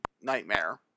Nightmare